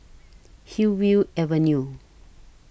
Hillview Avenue